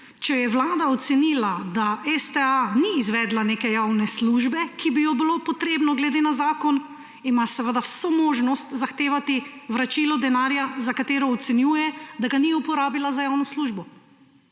če je Vlada ocenila, da STA ni izvedla neke javne službe, ki bi jo bilo potrebno glede na zakon, ima seveda vso možnost zahtevati vračilo denarja za katero ocenjuje, da ga ni uporabila za javno službo.